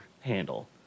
handle